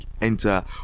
enter